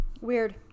Weird